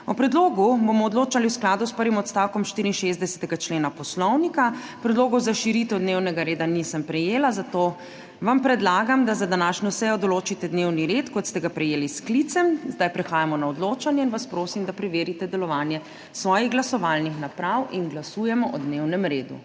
O predlogu bomo odločali v skladu s prvim odstavkom 64. člena Poslovnika. Predlogov za širitev dnevnega reda nisem prejela, zato vam predlagam, da za današnjo sejo določite dnevni red, kot ste ga prejeli s sklicem. Zdaj prehajamo na odločanje in vas prosim, da preverite delovanje svojih glasovalnih naprav. Glasujemo. Navzočih